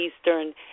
Eastern